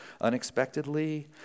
unexpectedly